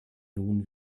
nun